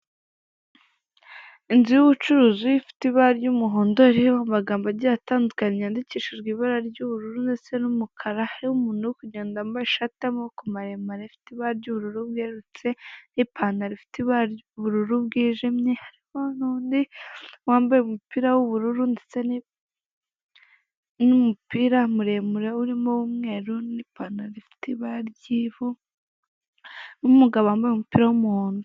Inzu y'bucuruzi ifite ibara ry'umuhondo ririho amagambo agiye atandukanye yandikishijwe ibara ry'ubururu ndetse n'umukara, iriho umuntu uri kugenda wambaye ishati y'amaboko maremare afite ibara ry'ubururu bwerurutse n'ipantaro ifite ibara ry'ubururu bwijimye, hari nundi wambaye umupira w'ubururu ndetse n'umupira muremure urimo umweru n'ipantaro ifite ibara ry'ivu n'umugabo wambaye umupira w'umuhondo.